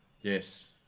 Yes